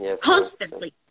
constantly